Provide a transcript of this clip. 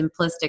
simplistic